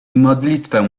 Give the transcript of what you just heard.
modlitwę